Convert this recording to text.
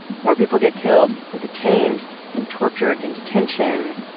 more people get killed or detained and tortured in detention.